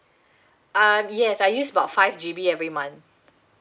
ah yes I use about five G_B every month